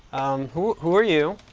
who who are you?